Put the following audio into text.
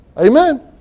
Amen